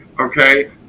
Okay